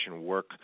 work